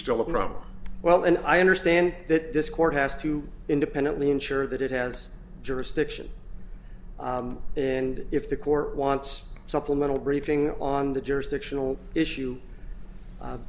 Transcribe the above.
still a problem well and i understand that this court has to independently ensure that it has jurisdiction and if the court wants supplemental briefing on the jurisdictional issue